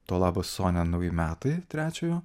to labas sonia nauji metai trečiojo